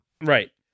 Right